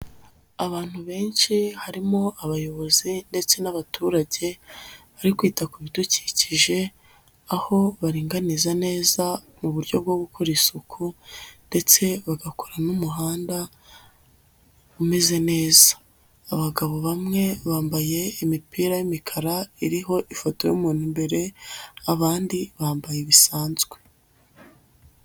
Abantu benshi harimo abayobozi ndetse n'abaturage, bari kwita ku bidukikije, aho baringaniza neza, mu buryo bwo gukora isuku ndetse bagakora n'umuhanda, umeze neza, abagabo bamwe bambaye imipira y'imikara iriho ifoto y'umuntu imbere, abandi bambaye bisanzwe.